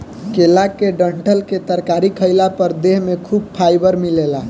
केला के डंठल के तरकारी खइला पर देह में खूब फाइबर मिलेला